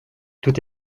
tout